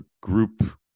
group